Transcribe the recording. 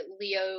Leo